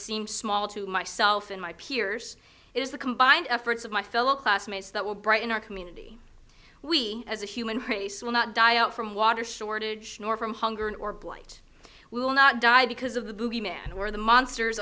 seem small to myself and my peers it is the combined efforts of my fellow classmates that will brighten our community we as a human race will not die out from water shortage nor from hunger and or blight we will not die because of the boogie man or the monsters